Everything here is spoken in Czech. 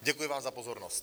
Děkuji vám za pozornost.